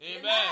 Amen